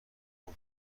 گلف